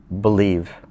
believe